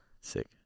Sick